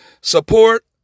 support